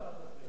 לא.